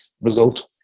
result